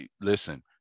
Listen